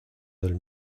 del